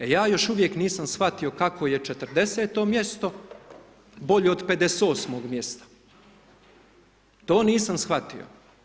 E ja još uvijek nisam shvatio kako je 40-to mjesto bolje od 58-og mjesta, to nisam shvatio.